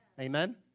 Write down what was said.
Amen